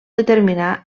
determinar